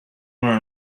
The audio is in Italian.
una